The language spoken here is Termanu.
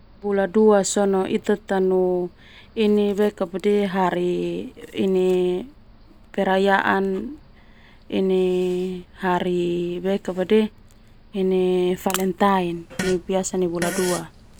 Bula dua sona ita tanu perayaan hari ini perayaan ini hari ini Valentine ini biasa ni bula dua.